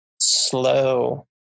slow